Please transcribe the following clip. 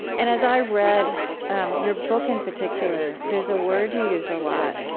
and as i read um your book in particular, there's a word you use a lot,